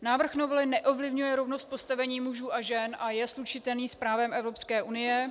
Návrh novely neovlivňuje rovnost postavení mužů a žen a je slučitelný s právem Evropské unie.